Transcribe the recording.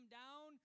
down